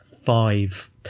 Five